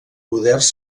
poders